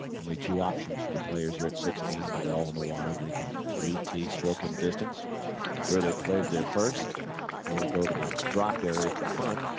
only two options for the players here at sixteen the ball in the water they can re-tee, stroke and distance where they played their first or go to the drop area at the front